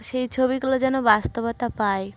সেই ছবিগুলো যেন বাস্তবতা পাই